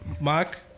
Mark